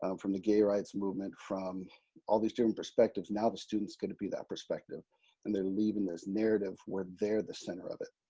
um from the gay rights movement, from all these different perspectives. now the students are going to be that perspective and they're leaving this narrative where they're the center of it.